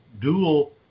dual